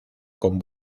con